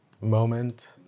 moment